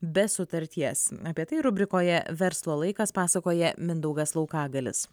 be sutarties apie tai rubrikoje verslo laikas pasakoja mindaugas laukagalis